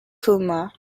kumar